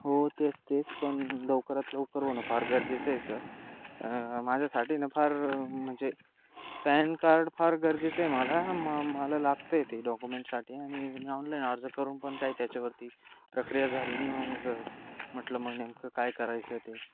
हो तेच तेच पण लवकरात लवकर होणं फार गरजेचं आहे सर माझ्यासाठी न फार म्हणजे पॅन कार्ड फार गरजेचं आहे मला म मला लागतंय ते डॉक्युमेंटसाठी आणि मी ऑनलाईन अर्ज करून पण काय त्याच्यावरती प्रक्रिया झाली न मग म्हटलं मग नेमकं काय करायचं ते